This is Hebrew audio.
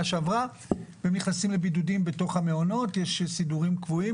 נכנסים לבידוד תוך המעונות, יכול להגיע.